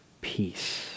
peace